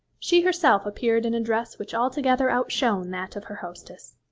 she herself appeared in a dress which altogether outshone that of her hostess.